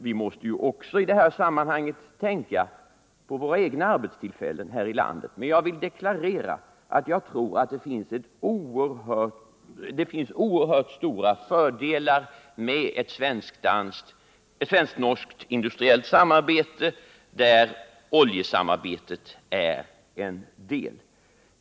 Vi måste i det här sammanhanget också tänka på våra egna arbetstillfällen här i landet, men jag vill deklarera att jag tror att det finns oerhört stora fördelar med ett svensk-norskt industriellt samarbete, där oljesamarbetet är en del.